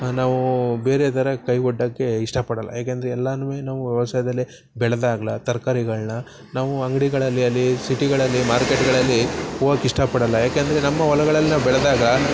ನಾವು ಬೇರೆದರ ಕೈ ಒಡ್ಡೋಕೆ ಇಷ್ಟಪಡೋಲ್ಲ ಏಕೆಂದರೆ ಎಲ್ಲನೂ ನಾವು ವ್ಯವಸಾಯದಲ್ಲೇ ಬೆಳ್ದಾಗ ತರ್ಕಾರಿಗಳನ್ನ ನಾವು ಅಂಗಡಿಗಳಲ್ಲಿ ಹಾಲಿ ಸಿಟಿಗಳಲ್ಲಿ ಮಾರ್ಕೆಟುಗಳಲ್ಲಿ ಹೋಗೋಕ್ ಇಷ್ಟಪಡೋಲ್ಲ ಯಾಕೆ ಅಂದರೆ ನಮ್ಮ ಹೊಲಗಳಲ್ ನಾವು ಬೆಳೆದಾಗ